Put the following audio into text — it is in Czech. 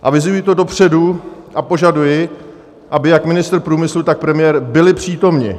Avizuji to dopředu, a požaduji, aby jak ministr průmyslu, tak premiér byli přítomni.